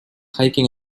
hiking